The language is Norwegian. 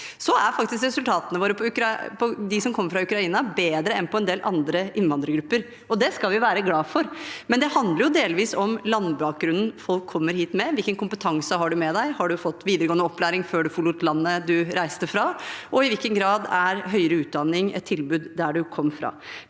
integrert. Resultatene våre for dem som kommer fra Ukraina, er faktisk bedre enn for en del andre innvandrergrupper, og det skal vi være glad for. Men det handler delvis om landbakgrunnen folk kommer hit med. Hvilken kompetanse har du med deg? Har du fått videregående opplæring før du forlot landet du reiste fra? Og i hvilken grad er høyere utdanning et tilbud der du kom fra?